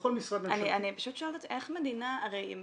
בכל משרד ממשלתי --- אני פשוט שואלת, הרי אם